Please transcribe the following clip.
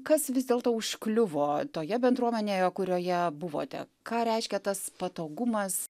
kas vis dėlto užkliuvo toje bendruomenėje kurioje buvote ką reiškia tas patogumas